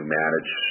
manage